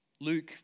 Luke